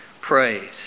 praise